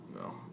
No